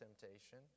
temptation